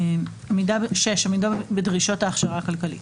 6. עמידה בדרישות ההכשרה הכלכלית.